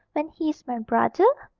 when he's my brother?